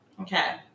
Okay